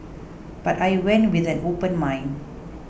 but I went with an open mind